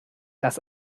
das